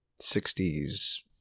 60s